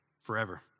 forever